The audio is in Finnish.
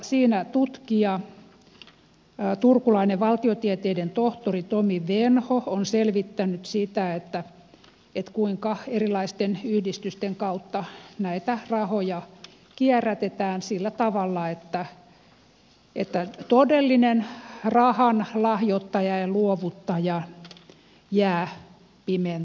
siinä tutkija turkulainen valtiotieteiden tohtori tomi venho on selvittänyt sitä kuinka erilaisten yhdistysten kautta näitä rahoja kierrätetään sillä tavalla että todellinen rahan lahjoittaja ja luovuttaja jää pimentoon